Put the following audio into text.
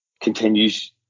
continues